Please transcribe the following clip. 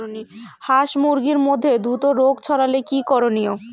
হাস মুরগির মধ্যে দ্রুত রোগ ছড়ালে কি করণীয়?